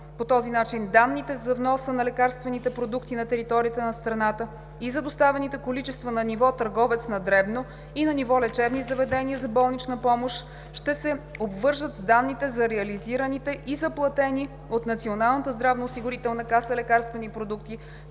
По този начин данните за вноса на лекарствените продукти на територията на страната и за доставените количества на ниво търговец на дребно и на ниво лечебни заведения за болнична помощ ще се обвържат с данните за реализираните и заплатени от Националната здравноосигурителна каса лекарствени продукти,